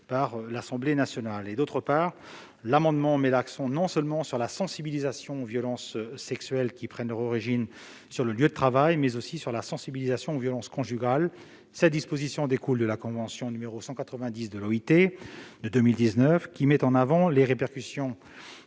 par l'Assemblée nationale. D'autre part, l'amendement vise à mettre l'accent non seulement sur la sensibilisation aux violences sexuelles qui prennent leur origine sur le lieu de travail, mais aussi sur la sensibilisation aux violences conjugales. Cette disposition découle de la convention n° 190 de l'Organisation internationale du travail